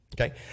Okay